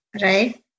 Right